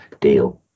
deal